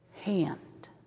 hand